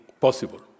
possible